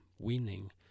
Winning